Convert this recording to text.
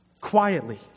quietly